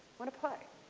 want to play!